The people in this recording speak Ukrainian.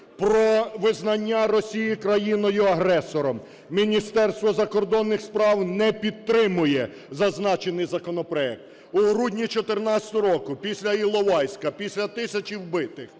про визнання Росії країною-агресором, Міністерство закордонних справ не підтримає зазначений законопроект. У грудня 14-го року, після Іловайська, після тисяч вбитих,